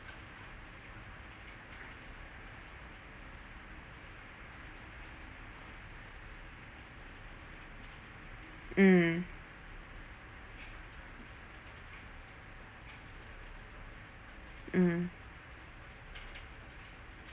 mm mm